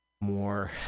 more